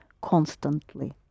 constantly